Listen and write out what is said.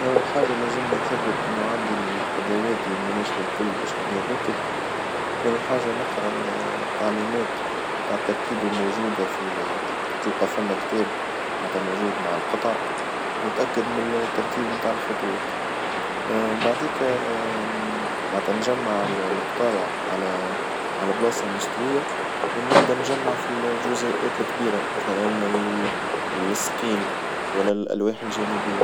أول حاجة لازمني نثبت إنو عندي الأدوات المناسبة الكل باش إني نركب، ثاني حاجة نقرا التعليمات متاع التركيب الموجودة في تلقى فما كتاب معناتها موجود مع القطع، ونتأكد من التركيب متاع الخطوات بعديكا بعدها نجمع القطايع على على بلاصة مستوية، ونبدأ نجمع في الجزيئات الكبيرة مثلًا ال اللاصقين ولا الألواح الجانبية.